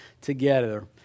together